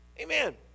Amen